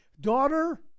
Daughter